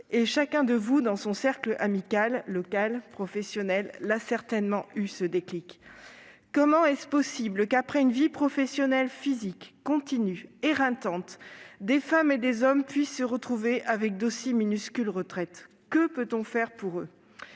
chacun de vous, dans son cercle amical, local, professionnel, a certainement eu ce déclic. Comment est-il possible qu'après une vie professionnelle physique, continue, éreintante, des femmes et des hommes puissent se retrouver avec d'aussi minuscules retraites ? Que peut-on faire pour eux ?